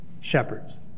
shepherds